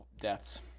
deaths